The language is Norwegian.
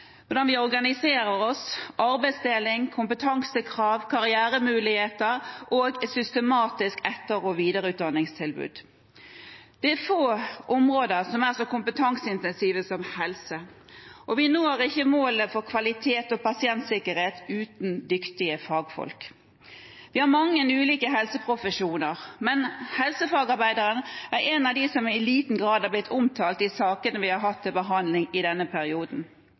hvordan vi organiserer oss, arbeidsdeling, kompetansekrav, karrieremuligheter og et systematisk etter- og videreutdanningstilbud. Det er få områder som er så kompetanseintensive som helse. Vi når ikke målene for kvalitet og pasientsikkerhet uten dyktige fagfolk. Vi har mange ulike helseprofesjoner, men helsefagarbeideren er en av dem som i liten grad har blitt omtalt i sakene vi har hatt til behandling i denne perioden.